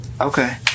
Okay